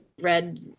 red